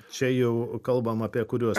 čia jau kalbam apie kuriuos